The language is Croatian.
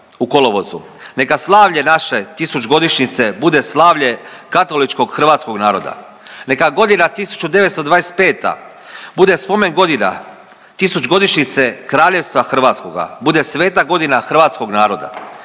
Neka slavlje naše tisućgodišnjice bude slavlje katoličkog hrvatskog naroda. Neka godina 1925. bude spomen godina tisućgodišnjice Kraljevstva Hrvatskoga, bude sveta godina hrvatskog naroda.